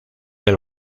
del